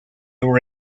were